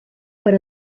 per